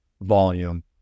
volume